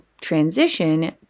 transition